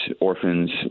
orphans